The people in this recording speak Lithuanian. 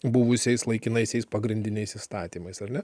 buvusiais laikinaisiais pagrindiniais įstatymais ar ne